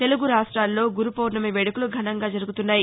తెలుగు రాష్ట్రాలలో గురుపౌర్ణమి వేడుకలు ఘనంగా జరుగుతున్నాయి